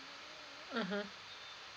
mmhmm